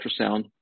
ultrasound